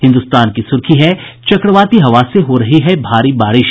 हिन्दुस्तान की सुर्खी है चक्रवाती हवा से हो रही है भारी बारिश